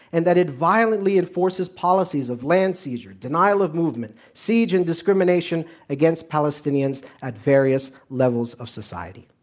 and that it violently enforces policies of land seizure, denial of movement, siege and discrimination against palestinians at various levels of society.